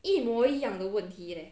一模一样的问题 leh